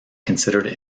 considered